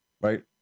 Right